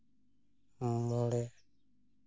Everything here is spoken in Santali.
ᱢᱚᱬᱮ